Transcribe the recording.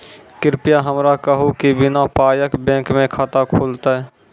कृपया हमरा कहू कि बिना पायक बैंक मे खाता खुलतै?